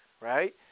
right